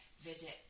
visit